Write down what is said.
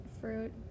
fruit